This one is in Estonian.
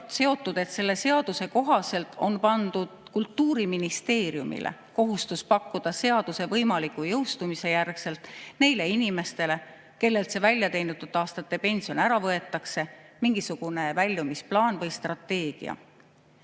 seotud, et selle seaduse kohaselt on pandud Kultuuriministeeriumile kohustus pakkuda seaduse võimaliku jõustumise järgselt neile inimestele, kellelt see väljateenitud aastate pension ära võetakse, mingisugune väljumisplaan või ‑strateegia.